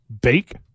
bake